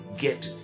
get